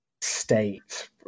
state